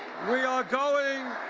we are going